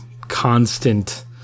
constant